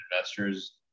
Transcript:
investors